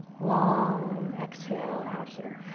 long exhale out here.